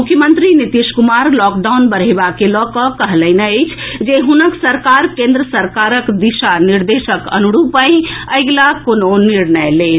मुख्यमंत्री नीतीश कुमार लॉकडाउन बढ़ेबा के लऽ कऽ कहलनि अछि जे हुनक सरकार केंद्र सरकारक दिशा निर्देशक अनुरूपहि अगिला कोनो निर्णय लेत